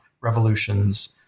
revolutions